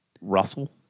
Russell